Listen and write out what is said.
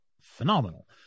phenomenal